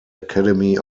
academy